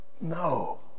No